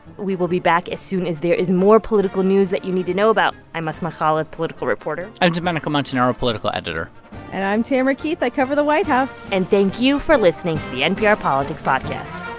we will be back as soon as there is more political news that you need to know about. i'm asma khalid, political reporter i'm domenico montanaro, political editor and i'm tamara keith. i cover the white house and thank you for listening to the npr politics podcast